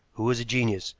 who was a genius,